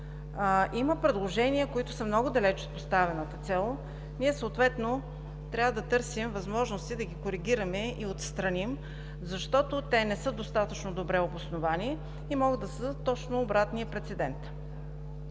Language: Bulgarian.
има предложения, които са много далеч от поставената цел, трябва да търсим възможности да ги коригираме и отстраним, защото те не са достатъчно добре обосновани и могат да създадат точно обратния прецедент.